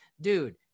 dude